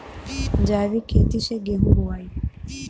जैविक खेती से गेहूँ बोवाई